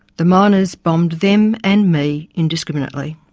the miners bombed them and me indiscriminately.